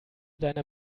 deiner